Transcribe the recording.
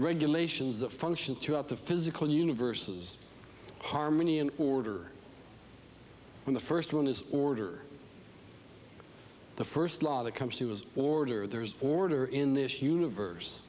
regulations that function throughout the physical universe is harmony and order when the first one is order the first law that comes to is order there's order in this universe